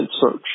search